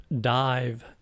dive